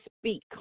speak